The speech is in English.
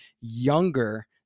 younger